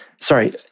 Sorry